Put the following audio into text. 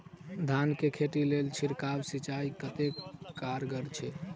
धान कऽ खेती लेल छिड़काव सिंचाई कतेक कारगर छै?